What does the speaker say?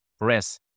press